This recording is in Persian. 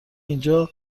اینجا